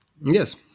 Yes